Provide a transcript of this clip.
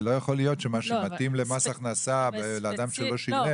לא יכול להיות שמה שמתאים למס הכנסה לאדם שלא ישלם